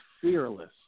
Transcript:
fearless